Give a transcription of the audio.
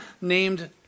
named